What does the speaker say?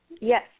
Yes